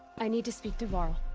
i need to speak to varl.